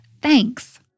Thanks